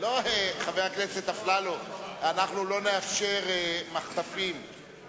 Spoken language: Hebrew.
אני כבר לא יודע מי, איך אתם מחלקים את